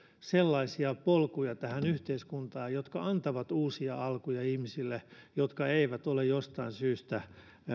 sellaisia polkuja tähän yhteiskuntaan jotka antavat uusia alkuja ihmisille jotka eivät ole jostain syystä